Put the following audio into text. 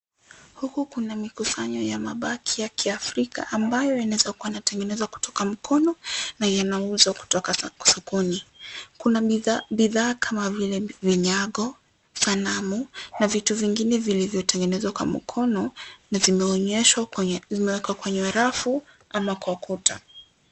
Huku kuna makusanyo ya mabaki ya kiafrika amabyo yanaweza kua yanatengenezwa kutoka mkono na yanauzwa kutoka sokoni, kuna bidhaa kama vile vinyago, sanamu na vitu vingine vilivyo tenegenezwa kwa mkono na zimewekwa kwa rafu ama kuta.